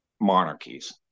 Monarchies